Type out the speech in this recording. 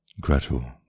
Gretel